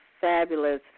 fabulous